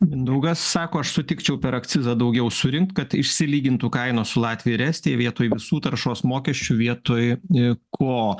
mindaugas sako aš sutikčiau per akcizą daugiau surinkt kad išsilygintų kainos su latvija ir estija vietoj visų taršos mokesčių vietoj n ko